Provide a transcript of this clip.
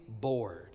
bored